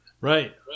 Right